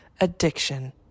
addiction